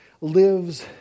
lives